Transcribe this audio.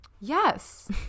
yes